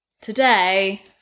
Today